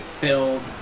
filled